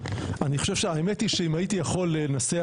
אני חושב שהאמת היא שאם הייתי יכול לנסח,